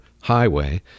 highway